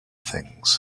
things